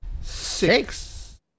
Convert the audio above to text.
Six